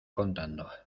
contando